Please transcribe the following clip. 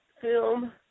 film